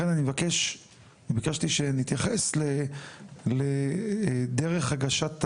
לכן ביקשתי שנתייחס לדרך הגשת הבקשה,